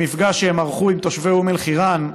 במפגש שהם ערכו עם תושבי אום אל-חיראן,